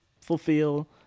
fulfill